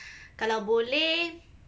kalau boleh